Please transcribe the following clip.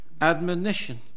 admonition